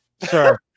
sir